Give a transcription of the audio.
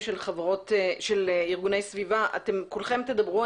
של ארגוני סביבה אתם כולכם תדברו,